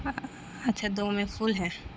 اچھا دو میں فول ہے